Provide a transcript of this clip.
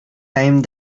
time